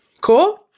Cool